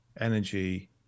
energy